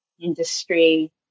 industry